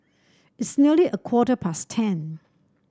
its nearly a quarter past ten